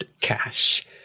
Cash